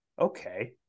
okay